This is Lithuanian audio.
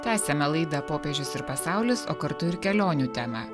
tęsiame laidą popiežius ir pasaulis o kartu ir kelionių temą